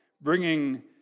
bringing